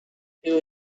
two